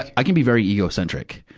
i can be very egocentric.